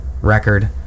record